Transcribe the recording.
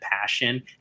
passion